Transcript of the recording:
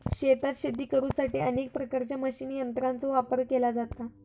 शेतात शेती करुसाठी अनेक प्रकारच्या मशीन यंत्रांचो वापर केलो जाता